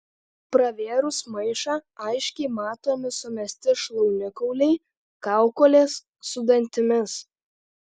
pravėrus maišą aiškiai matomi sumesti šlaunikauliai kaukolės su dantimis